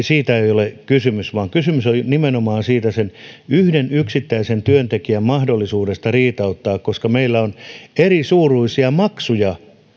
siitä ei ei ole kysymys vaan kysymys oli nimenomaan sen yhden yksittäisen työntekijän mahdollisuudesta riitauttaa koska meillä on erisuuruisia maksuja